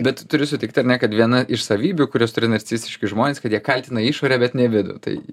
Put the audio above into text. taip bet turiu sutikt ar ne kad viena iš savybių kurias turi narcisistiški žmonės kad jie kaltina išorę bet ne vidų tai